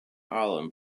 island